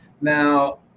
now